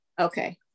okay